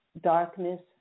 darkness